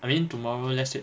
I mean tomorrow let's say